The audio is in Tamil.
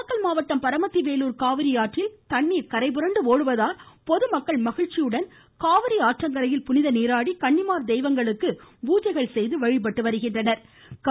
நாமக்கல் மாவட்டம் பரமத்தி வேலூர் காவிரியாற்றில் தண்ணீர் கரைபுரண்டு ஓடுவதால் பொதுமக்கள் மகிழ்ச்சியுடன் காவிரி ஆற்றங்கரையில் புனிதநீராடி கன்னிமார் தெய்வங்களுக்கு பூஜைகள் செய்து வழிபட்டு வருகின்றனர்